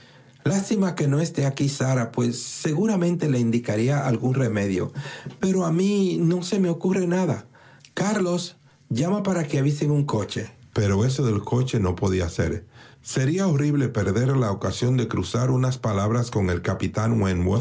lástima que no esté aquí sarah pues seguramente le indicaría algún remedio pero a mí rio se me ocurre nada carlos llama para que avisen un coche pero eso del coche no podía ser sería horrible perder la ocasión de cruzar unas palabras con el capitán